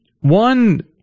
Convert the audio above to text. one